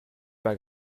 pas